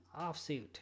offsuit